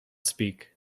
speak